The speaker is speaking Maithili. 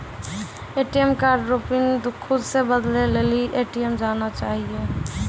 ए.टी.एम कार्ड रो पिन खुद से बदलै लेली ए.टी.एम जाना चाहियो